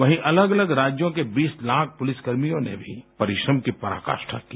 वहीं अलग अलग राज्यों के बीस लाख पुलिसकर्मियों ने भी परिश्रम की पराकाष्ठा की